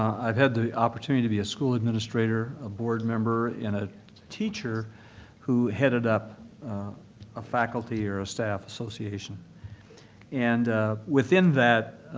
i've had the opportunity to be a school administrator, a board member, and a teacher who headed up a faculty or a staff association and within that,